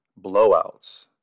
blowouts